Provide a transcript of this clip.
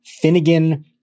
Finnegan